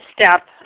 step